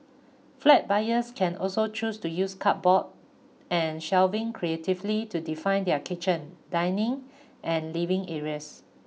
flat buyers can also choose to use cupboards and shelving creatively to define their kitchen dining and living areas